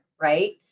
right